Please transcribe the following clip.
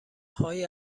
های